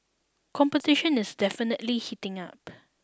competition is definitely heating up